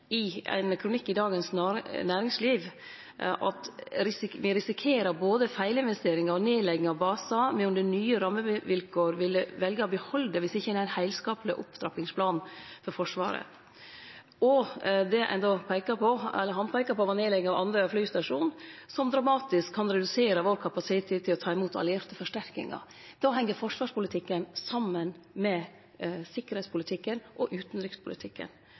i ein kronikk i Dagens Næringsliv at me risikerer både feilinvesteringar og nedlegging av basar me under nye rammevilkår ville velje å behalde, viss ein ikkje har ein heilskapleg opptrappingsplan for Forsvaret. Det han peika på, var nedlegginga av Andøya flystasjon, som dramatisk kan redusere vår kapasitet til å ta imot allierte forsterkingar. Då heng forsvarspolitikken saman med sikkerheitspolitikken og utanrikspolitikken.